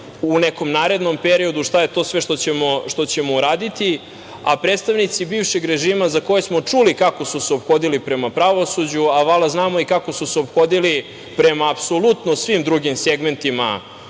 u nekom narednom periodu, šta je sve to što ćemo uraditi. Predstavnici bivšeg režima za koje smo čuli kako su se ophodili prema pravosuđu, a vala znamo i kako su se ophodili prema apsolutno svim drugim segmentima